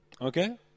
Okay